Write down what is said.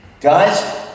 Guys